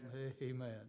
Amen